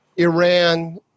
Iran